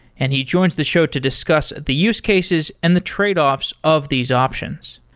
and he joins the show to discuss the use cases and the tradeoffs of these options.